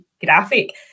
graphic